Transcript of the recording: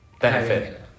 benefit